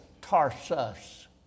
Tarsus